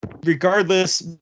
regardless